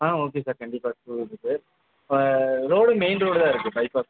ஆ okay sir கண்டிப்பாக school இருக்கு sir இப்போ ரோடு மெயின் ரோடு தான் இருக்கு சார் இப்போ